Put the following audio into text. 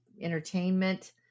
entertainment